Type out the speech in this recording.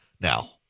now